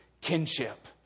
kinship